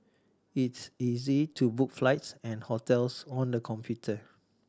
it's easy to book flights and hotels on the computer